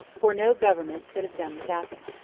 for no government could have done without him.